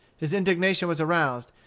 his indignation was aroused,